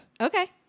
Okay